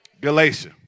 Galatia